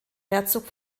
herzog